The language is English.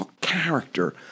character